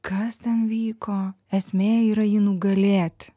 kas ten vyko esmė yra jį nugalėti